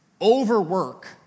Overwork